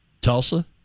Tulsa